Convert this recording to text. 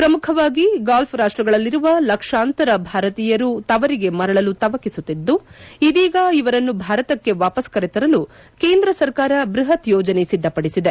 ಪ್ರಮುಖವಾಗಿ ಗಲ್ಪ್ ರಾಷ್ಟಗಳಲ್ಲಿರುವ ಲಕ್ಷಾಂತರ ಭಾರತೀಯರು ತವರಿಗೆ ಮರಳಲು ತವಕಿಸುತ್ತಿದ್ದು ಇದೀಗ ಇವರನ್ನು ಭಾರತಕ್ಕೆ ವಾಪಸ್ ಕರೆತರಲು ಕೇಂದ್ರ ಸರ್ಕಾರ ಬ್ಬಹತ್ ಯೋಜನೆ ಸಿದ್ದಪಡಿಸಿದೆ